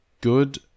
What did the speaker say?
good